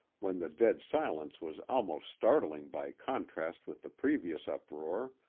when the dead silence was almost startling by contrast with the previous uproar,